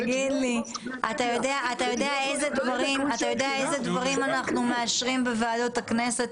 יודע איזה דברים אנחנו מאשרים בוועדות הכנסת,